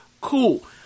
cool